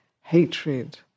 hatred